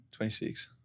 26